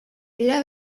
dira